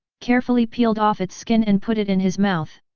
carefully peeled off its skin and put it in his mouth.